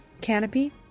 canopy